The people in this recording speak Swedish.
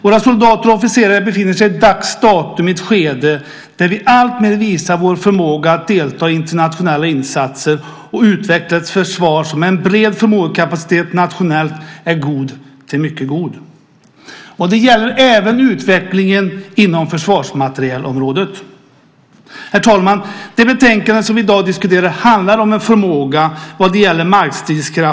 Våra soldater och officerare befinner sig vid dagens datum i ett skede där vi alltmer visar vår förmåga att delta i internationella insatser och utveckla ett försvar som med en bred förmåga, kapacitet, nationellt är gott till mycket gott. Det gäller även utvecklingen inom försvarsmaterielområdet. Herr talman! Det betänkande som vi i dag diskuterar handlar om förmågan vad gäller markstridskrafter.